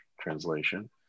translation